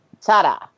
Ta-da